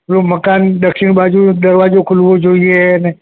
પેલું મકાન દક્ષિણ બાજુ દરવાજો ખૂલવો જોઈએ ને